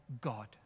God